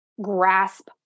grasp